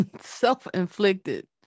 Self-inflicted